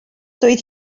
doedd